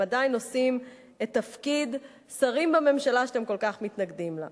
הם עדיין עושים תפקיד של שרים בממשלה שאתם כל כך מתנגדים לה.